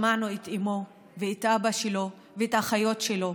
שמענו את אימו ואת אבא שלו, ואת האחיות שלו